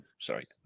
Sorry